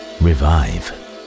revive